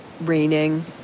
raining